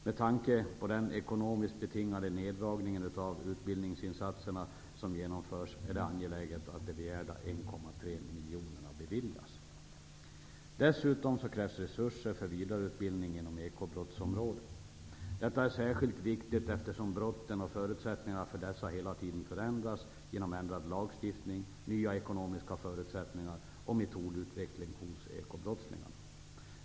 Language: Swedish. Med tanke på den ekonomiskt betingade neddragningen av utbildningsinsatserna som genomförs är det angeläget att de begärda 1,3 miljonerna beviljas. Dessutom krävs resurser för vidareutbildning inom ekobrottsområdet. Detta är särskilt viktigt eftersom brotten och förutsättningarna för dessa hela tiden förändras genom ändrad lagstiftning, nya ekonomiska förutsättningar och metodutveckling hos ekobrottslingarna.